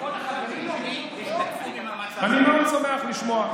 כל החברים אומרים, אני מאוד שמח לשמוע.